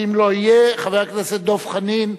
ואם לא יהיה, חבר הכנסת דב חנין.